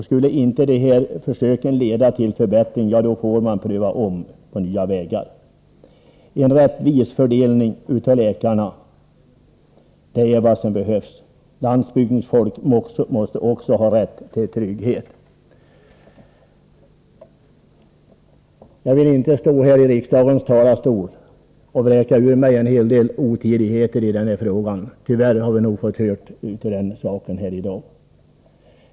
Skulle inte försöket leda till förbättring får man pröva nya vägar. En rättvis fördelning av läkarna är vad som behövs. Landsbygdens folk måste också ha rätt till trygghet. Jag vill inte stå i riksdagens talarstol och vräka ur mig otidigheter. Tyvärr har vi fått höra sådana i dag.